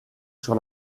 sur